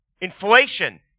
Inflation